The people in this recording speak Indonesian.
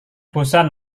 bosan